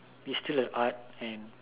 it's still an art and